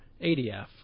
ADF